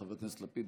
חבר הכנסת לפיד,